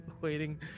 waiting